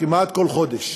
כמעט כל חודש,